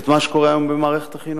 את מה שקורה היום במערכת החינוך.